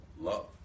love